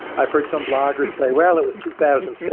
i've heard some bloggers say, well, it was two thousand so